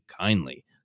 kindly